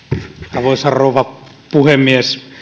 arvoisa rouva puhemies